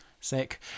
sick